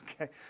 Okay